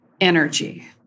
energy